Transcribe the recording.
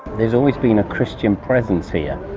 there's always been a christian presence here.